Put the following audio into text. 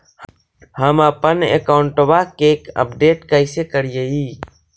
हमपन अकाउंट वा के अपडेट कैसै करिअई?